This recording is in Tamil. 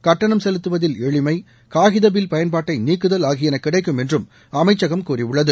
கட்டணம் செலுத்துவதில் எளிமை காகித பில் பயன்பாட்டை நீக்குதல் ஆகியன கிடைக்கும் என்றும் அமைக்கம் கூறியுள்ளது